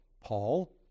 Paul